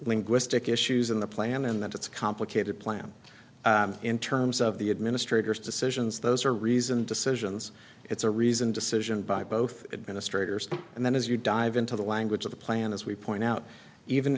linguistic issues in the plan and that it's a complicated plan in terms of the administrators decisions those are reasoned decisions it's a reasoned decision by both administrators and then as you dive into the language of the plan as we point out even